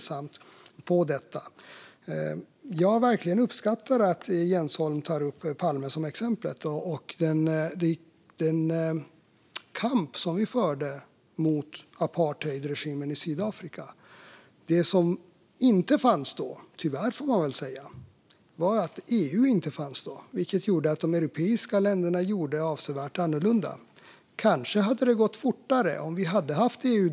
Jag uppskattar verkligen att Jens Holm tar Palme som exempel, och den kamp som vi förde mot apartheidregimen i Sydafrika. Det som tyvärr inte fanns då var EU. Det gjorde att de europeiska länderna gjorde på olika sätt. Kanske hade det gått fortare om vi hade haft EU då.